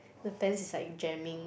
the pants is like jamming